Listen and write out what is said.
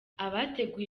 abateguye